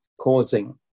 causing